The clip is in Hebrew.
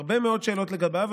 הרבה מאוד שאלות לגביו.